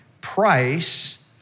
price